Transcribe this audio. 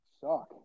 Suck